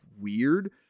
weird